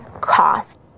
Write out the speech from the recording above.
cost